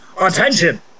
attention